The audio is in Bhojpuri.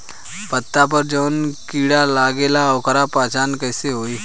पत्ता पर जौन कीड़ा लागेला ओकर पहचान कैसे होई?